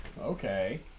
okay